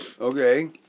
Okay